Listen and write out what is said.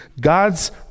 God's